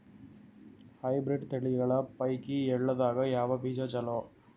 Hybrid ತಳಿಗಳ ಪೈಕಿ ಎಳ್ಳ ದಾಗ ಯಾವ ಬೀಜ ಚಲೋ?